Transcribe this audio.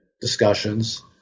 Discussions